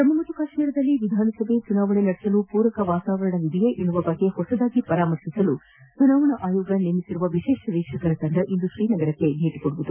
ಜಮ್ಮು ಮತ್ತು ಕಾಶ್ಟೀರದಲ್ಲಿ ವಿಧಾನಸಭಾ ಚುನಾವಣೆ ನಡೆಸಲು ಪೂರಕ ವಾತಾವರಣ ಇದೆಯೇ ಎಂಬ ಬಗ್ಗೆ ಹೊಸದಾಗಿ ಪರಿಶೀಲಿಸಲು ಚುನಾವಣಾ ಆಯೋಗ ನೇಮಕ ಮಾಡಿರುವ ವಿಶೇಷ ವೀಕ್ಷಕರ ತಂಡ ಇಂದು ಶ್ರೀನಗರಕ್ಕೆ ಭೇಟಿ ನೀಡುತ್ತಿದೆ